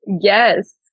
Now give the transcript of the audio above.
Yes